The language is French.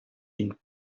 une